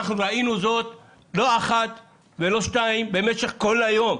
אנחנו ראינו זאת לא אחת ולא שתיים במשך כל היום.